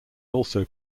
also